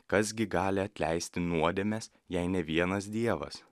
kas gi gali atleisti nuodėmes jei ne vienas dievas